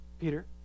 Peter